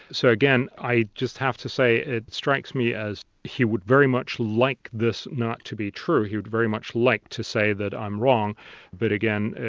so, again, i just have to say it strikes me as he would very much like this not to be true, he would very much like to say that i'm wrong but, again,